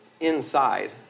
inside